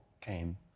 came